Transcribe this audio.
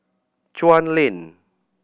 Chuan Lane